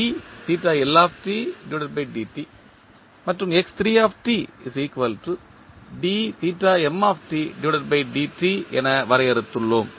state வெறியபிள்கள் என வரையறுத்துள்ளோம்